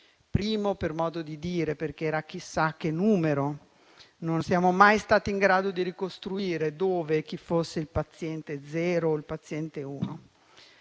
primo per modo di dire, perché era chissà che numero, visto che non siamo mai stati in grado di ricostruire dove e chi fosse il paziente zero o il paziente